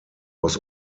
was